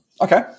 Okay